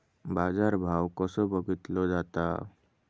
बाजार भाव कसो बघीतलो जाता?